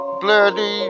bloody